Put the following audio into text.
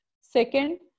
Second